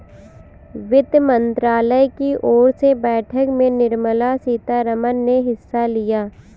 वित्त मंत्रालय की ओर से बैठक में निर्मला सीतारमन ने हिस्सा लिया